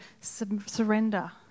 surrender